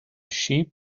sheep